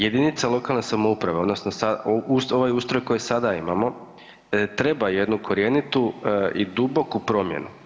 Jedinice lokalne samouprave odnosno sada, ovaj ustroj koji sada imamo, treba jednu korjenitu i duboku promjenu.